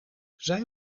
zij